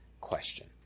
question